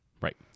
Right